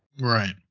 Right